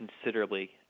considerably